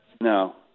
No